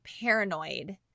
paranoid